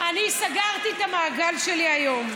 אני סגרתי את המעגל שלי היום,